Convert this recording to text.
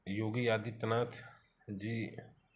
योगी Adityanath जी